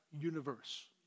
universe